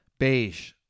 Beige